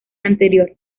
anterior